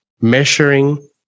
measuring